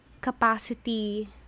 capacity